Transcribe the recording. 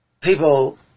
people